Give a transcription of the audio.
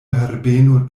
herbeno